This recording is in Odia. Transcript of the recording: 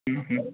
ହୁଁ ହୁଁ